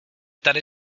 tady